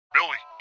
Billy